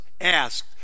Asked